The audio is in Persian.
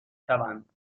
شوند